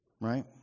Right